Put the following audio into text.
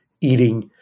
eating